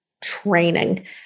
training